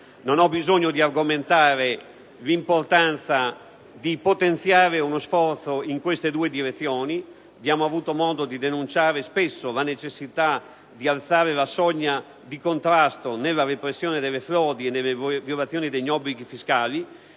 Non ho bisogno di argomentare l'importanza di potenziare lo sforzo in queste due direzioni. Abbiamo avuto modo di denunciare spesso la necessità di alzare la soglia di contrasto nella repressione delle frodi e delle violazioni degli obblighi fiscali.